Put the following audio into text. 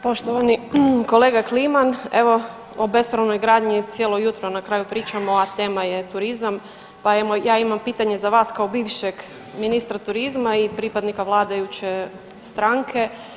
Poštovani kolega Kliman, evo o bespravnoj gradnji cijelo jutro na kraju pričamo a tema je turizam pa evo ja imam pitanje za vas kao bivšeg ministra turizma i pripadnika vladajuće stranke.